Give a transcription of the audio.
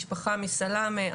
משפחה מסלאמה,